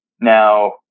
Now